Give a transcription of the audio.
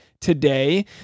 today